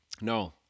No